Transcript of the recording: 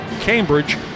Cambridge